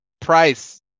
Price